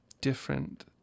different